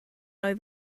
oedd